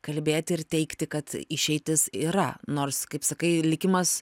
kalbėti ir teigti kad išeitis yra nors kaip sakai likimas